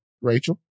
Rachel